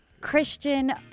christian